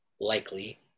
likely